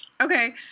Okay